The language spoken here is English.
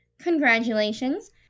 Congratulations